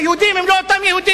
והיהודים הם לא אותם יהודים,